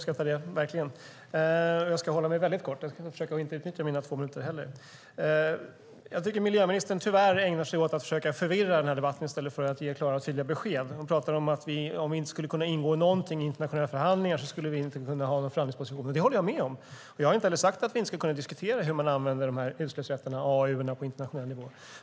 Herr talman! Tyvärr ägnar sig ministern åt att förvirra debatten i stället för att ge klara och tydliga besked. Hon säger att om vi inte kan medverka i några internationella förhandlingar kan vi inte ha någon framskjuten position. Jag håller med om det. Jag har inte sagt att vi inte ska kunna diskutera hur man använder dessa utsläppsrätter, AAU:erna, på internationell nivå.